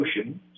Ocean